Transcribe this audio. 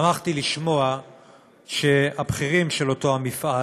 שמחתי לשמוע שהבכירים של אותו המפעל